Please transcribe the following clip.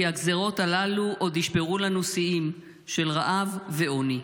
כי הגזרות הללו עוד ישברו לנו שיאים של רעב ועוני.